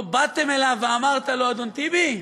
לא באתם אליו ואמרתם לו: אדון טיבי,